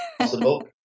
possible